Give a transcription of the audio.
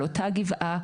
על אותה גבעה,